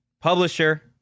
publisher